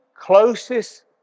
closest